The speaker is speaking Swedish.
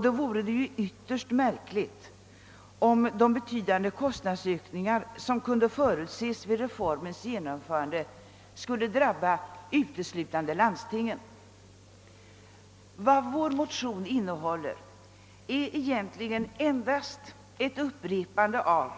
Då vore det ju ytterst märkligt om de betydande kostnadsökningar som kunde förutses vid reformens genomförande skulle drabba uteslutande landstingen. Vår motion innehåller egentligen endast ett upprepande av